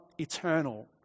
eternal